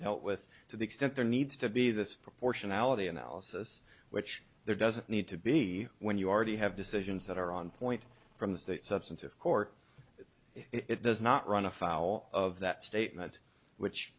dealt with to the extent there needs to be this proportionality analysis which there doesn't need to be when you already have decisions that are on point from the state substantive court it does not run afoul of that statement which